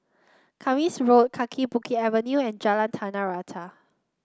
Kismis Road Kaki Bukit Avenue and Jalan Tanah Rata